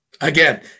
again